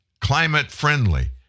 climate-friendly